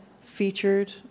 featured